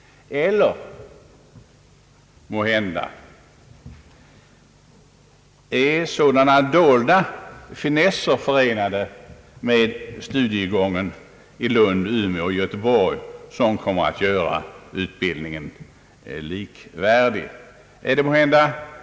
Eller finns det måhända några dolda finesser förenade med studiegången i Lund, Umeå och Göteborg som kommer att göra utbildningen där likvärdig med den som kan ges vid handelshögskolan i Stockholm.